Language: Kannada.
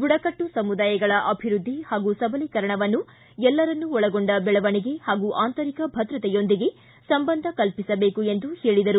ಬುಡಕಟ್ಟು ಸಮುದಾಯಗಳ ಅಭಿವೃದ್ಧಿ ಹಾಗೂ ಸಬಲೀಕರಣವನ್ನು ಎಲ್ಲರನ್ನು ಒಳಗೊಂಡ ಬೆಳವಣಿಗೆ ಹಾಗೂ ಆಂತರಿಕ ಭದ್ರತೆಯೊಂದಿಗೆ ಸಂಬಂಧ ಕಲ್ಪಿಸಬೇಕು ಎಂದು ಹೇಳಿದರು